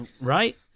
right